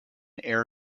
air